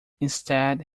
instead